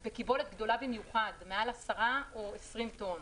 זה קיבולת גדולה במיוחד מעל 10 או 20 טון.